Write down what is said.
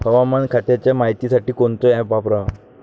हवामान खात्याच्या मायतीसाठी कोनचं ॲप वापराव?